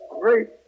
Great